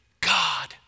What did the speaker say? God